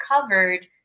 covered